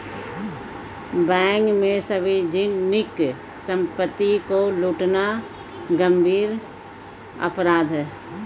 bank में सार्वजनिक सम्पत्ति को लूटना गम्भीर अपराध है